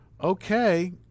Okay